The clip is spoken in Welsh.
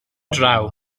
draw